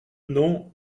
non